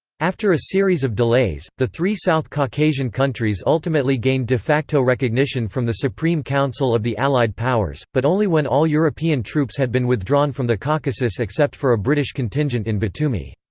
after a series of delays, the three south caucasian countries ultimately gained de facto recognition from the supreme council of the allied powers, but only when all european troops had been withdrawn from the caucasus except for a british contingent in batumi.